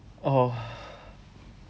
oh